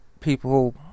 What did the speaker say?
people